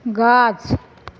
गाछ